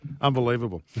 Unbelievable